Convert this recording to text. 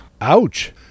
Ouch